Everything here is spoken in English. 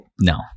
no